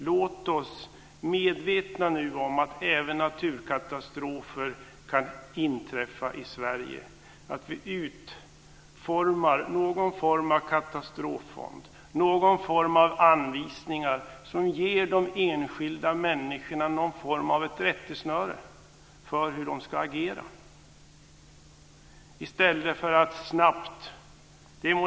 Låt oss nu, medvetna om att naturkatastrofer kan inträffa även i Sverige, utforma något slag av katastroffond och någon typ av anvisningar som ger de enskilda människorna ett rättesnöre för hur de ska agera.